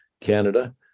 canada